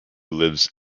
lives